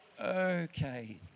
okay